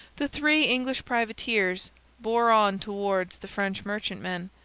the three english privateers bore on towards the french merchantmen,